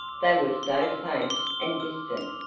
they were so faint and distant,